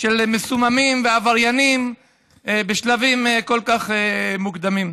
של מסוממים ועבריינים בשלבים כל כך מוקדמים.